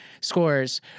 scores